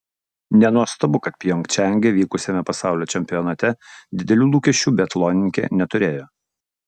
nenuostabu kad pjongčange vykusiame pasaulio čempionate didelių lūkesčių biatlonininkė neturėjo